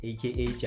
Aka